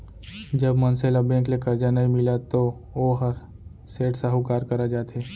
जब मनसे ल बेंक ले करजा नइ मिलय तो वोहर सेठ, साहूकार करा जाथे